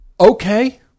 Okay